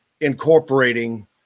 incorporating